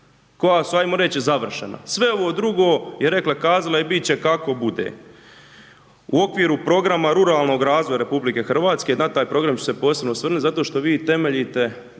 Koja su, hajmo reći završena. Sve ovo drugo je rekla-kazala i bit će kako bude. U okviru programa ruralnog razvoja RH na taj program ću se posebno osvrnuti zato što vi temeljite